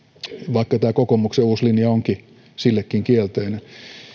vaikka tämä kokoomuksen uusi linja on sillekin kielteinen